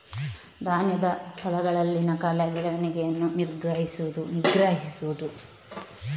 ಧಾನ್ಯದ ಹೊಲಗಳಲ್ಲಿನ ಕಳೆ ಬೆಳವಣಿಗೆಯನ್ನು ನಿಗ್ರಹಿಸುವುದು